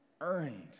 earned